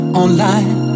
online